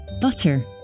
Butter